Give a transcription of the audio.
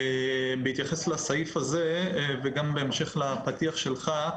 בהתייחס לסעיף הזה וגם בהמשך לפתיח שלך,